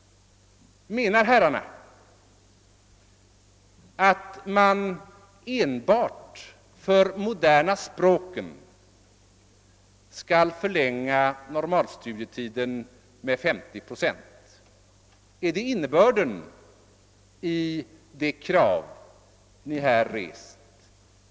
Menar herrarna att man enbart för de moderna språken skall förlänga normalstudietiden med 50 procent? är det innebörden i de krav ni nu har rest?